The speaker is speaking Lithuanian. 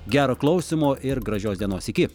gero klausymo ir gražios dienos iki